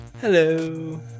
Hello